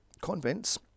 convents